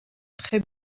très